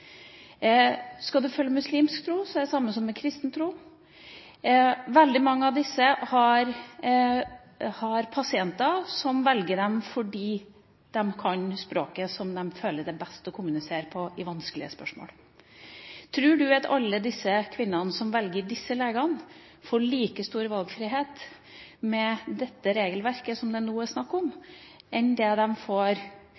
Skal man følge muslimsk tro, er det det samme som med kristen tro. Veldig mange av disse legene har pasienter som velger dem fordi de kan språket de føler det er best å kommunisere på i vanskelige spørsmål. Tror statsråden at alle de kvinnene som velger disse legene, får like stor valgfrihet med dette regelverket som det nå er snakk